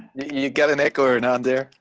you got an echo and on there.